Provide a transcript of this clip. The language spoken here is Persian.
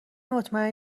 مطمئن